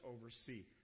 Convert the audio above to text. oversee